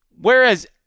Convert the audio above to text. Whereas